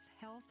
health